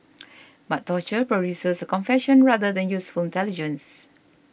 but torture produces a confession rather than useful intelligence